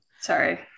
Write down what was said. Sorry